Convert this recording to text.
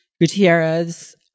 gutierrez